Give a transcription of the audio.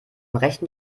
rechten